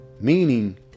meaning